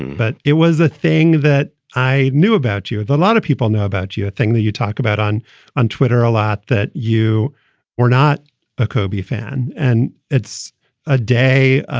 but it was a thing that i knew about you and a lot of people know about you. a thing that you talk about on on twitter a lot that you were not a kobe fan and it's a day,